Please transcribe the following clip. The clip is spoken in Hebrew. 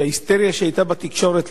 כי ההיסטריה שהיתה בתקשורת,